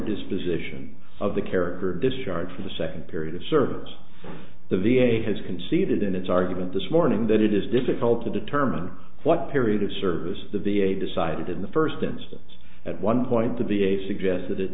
disposition of the character discharged for the second period it serves the v a has conceded in its argument this morning that it is difficult to determine what period of service the v a decided in the first instance at one point to be a suggested